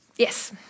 Yes